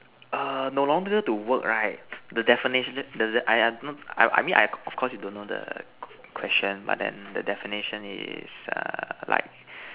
err no longer to work right the definition the the the I I I the I mean of course you don't know the question but then the definition is err like